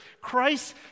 Christ